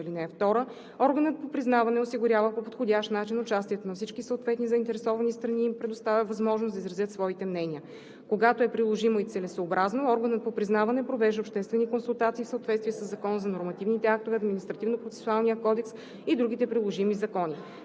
професия. (2) Органът по признаване осигурява по подходящ начин участието на всички съответни заинтересовани страни и им предоставя възможност да изразят своите мнения. Когато е приложимо и целесъобразно, органът по признаване провежда обществени консултации в съответствие със Закона за нормативните актове, Административнопроцесуалния кодекс и другите приложими закони.